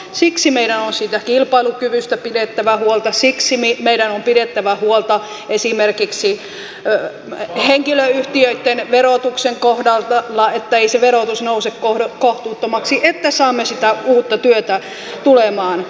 siksi meidän on siitä kilpailukyvystä pidettävä huolta siksi meidän on pidettävä huolta esimerkiksi henkilöyhtiöitten verotuksen kohdalla ettei se verotus nouse kohtuuttomaksi että saamme sitä uutta työtä tulemaan